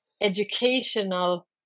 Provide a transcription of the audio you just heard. educational